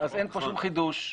אין כאן כל חידוש.